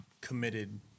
committed